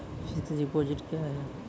Fixed deposit क्या हैं?